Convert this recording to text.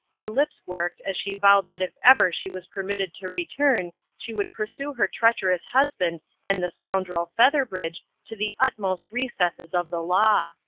her lips worked as she vowed that if ever she was permitted to return she would pursue her treacherous husband and the scoundrel featherbridge to the uttermost recesses of the law.